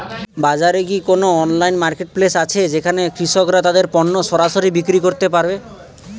বাজারে কি কোন অনলাইন মার্কেটপ্লেস আছে যেখানে কৃষকরা তাদের পণ্য সরাসরি বিক্রি করতে পারে?